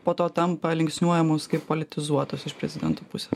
po to tampa linksniuojamos kaip politizuotos iš prezidento pusės